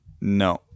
No